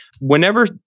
Whenever